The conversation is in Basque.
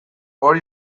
hori